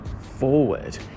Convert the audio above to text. forward